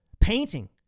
painting